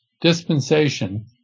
Dispensation